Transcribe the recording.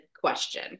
question